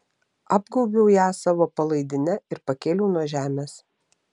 apgaubiau ją savo palaidine ir pakėliau nuo žemės